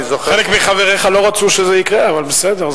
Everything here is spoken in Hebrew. חלק מחבריך לא רצו שזה יקרה, אבל בסדר.